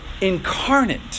incarnate